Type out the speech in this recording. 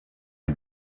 est